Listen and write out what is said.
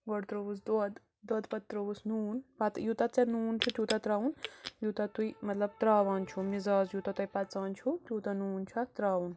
گۄڈٕ ترووُس دۄد دۄدٕ پَتہٕ ترووُس نوٗن پَتہٕ یوٗتاہ ژےٚ نوٗن چھُ تیوٗتا تراوُن یوٗتاہ تُہۍ مطلب تراوان چھُو مزاج یوٗتاہ تۄہہِ پَژان چھُو تیوٗتاہ نوٗن چھُ اَتھ تراوُن